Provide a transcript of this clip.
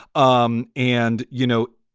um and, you know,